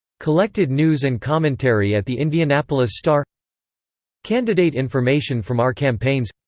collected news and commentary at the indianapolis star candidate information from our campaigns